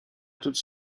toutes